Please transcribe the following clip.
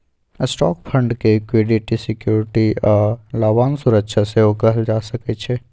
stock fund के equity security आ लाभांश सुरक्षा सेहो कहल जा सकइ छै